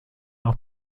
auch